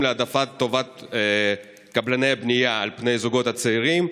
בהעדפת טובת קבלני הבנייה על פני הזוגות הצעירים?